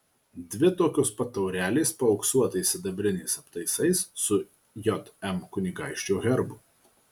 dvi tokios pat taurelės paauksuotais sidabriniais aptaisais su jm kunigaikščio herbu